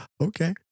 okay